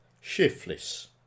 shiftless